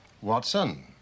Watson